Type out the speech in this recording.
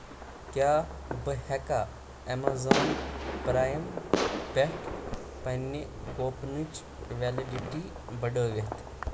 کیٛاہ بہٕ ہٮ۪کا ایمیزان پرٛایِم پٮ۪ٹھ پننہِ کوپنٕچ ویلڈٹی بڑٲوِتھ؟